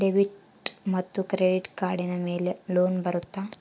Debit ಮತ್ತು credit ಕಾರ್ಡಿನ ಮೇಲೆ ಲೋನ್ ಬರುತ್ತಾ?